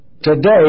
Today